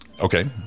Okay